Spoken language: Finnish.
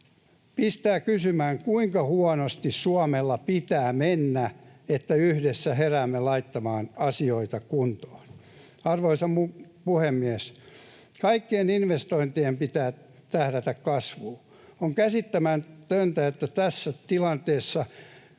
Pistää kysymään, kuinka huonosti Suomella pitää mennä, että yhdessä heräämme laittamaan asioita kuntoon? Arvoisa puhemies! Kaikkien investointien pitää tähdätä kasvuun. On käsittämätöntä, että tässä tilanteessa